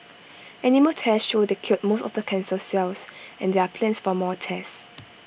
animal tests show they killed most of the cancer cells and there are plans for more tests